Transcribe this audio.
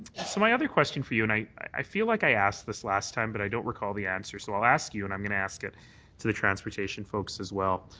so my other question for you, and i i feel like i asked this last time but i don't recall the answer so i'll ask and you and i'm going to ask it to the transportation folks as well,